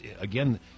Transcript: again